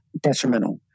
detrimental